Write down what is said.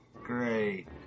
Great